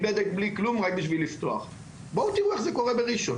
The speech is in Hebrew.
ההקצאה?